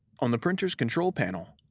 on the printer's control panel,